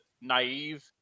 naive